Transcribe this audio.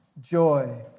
joy